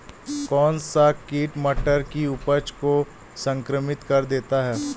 कौन सा कीट मटर की उपज को संक्रमित कर देता है?